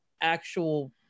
actual